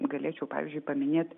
galėčiau pavyzdžiui paminėti